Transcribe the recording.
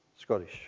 Scottish